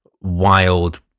wild